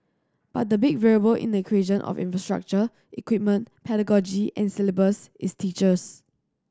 but the big variable in the equation of infrastructure equipment pedagogy and syllabus is teachers